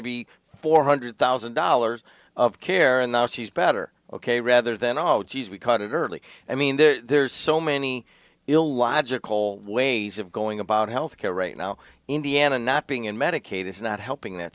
be four hundred thousand dollars of care and now she's better ok rather than all geez we caught it early i mean there's so many ill logical ways of going about health care right now indiana not being in medicaid is not helping that